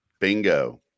Bingo